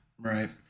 right